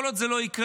כל עוד זה לא יקרה,